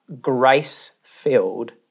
grace-filled